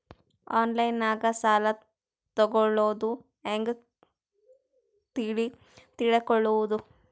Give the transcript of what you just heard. ಆನ್ಲೈನಾಗ ಸಾಲ ತಗೊಳ್ಳೋದು ಹ್ಯಾಂಗ್ ತಿಳಕೊಳ್ಳುವುದು?